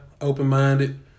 open-minded